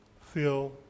Phil